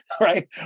right